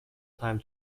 time